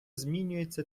змінюється